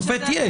שופט יש.